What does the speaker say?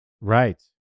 right